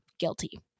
guilty